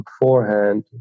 beforehand